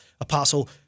apostle